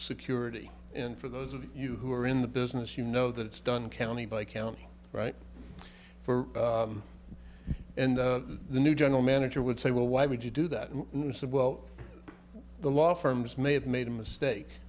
security and for those of you who are in the business you know that it's done county by county right for the new general manager would say well why would you do that well the law firms may have made a mistake